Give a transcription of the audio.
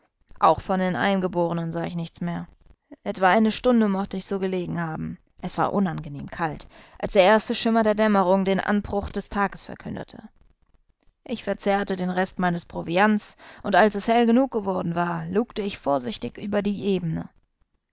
auch von den eingeborenen sah ich nichts mehr etwa eine stunde mochte ich so gelegen haben es war unangenehm kalt als der erste schimmer der dämmerung den anbruch des tages verkündete ich verzehrte den rest meines proviants und als es hell genug geworden war lugte ich vorsichtig über die ebene